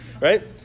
Right